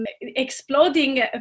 exploding